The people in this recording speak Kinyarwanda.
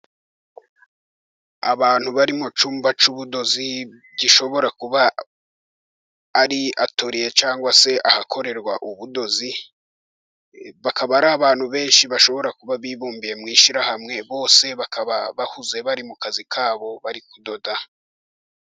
Abantu bari mu cyumba cy'ubudozi, gishobora kuba ari atoriye cyangwa se ahakorerwa ubudozi, bakaba ari abantu benshi bashobora kuba bibumbiye mu ishyirahamwe, bose bakaba bahuze bari mu kazi kabo, bari kudoda.